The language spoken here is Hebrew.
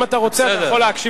אם אתה רוצה, אתה יכול להמשיך.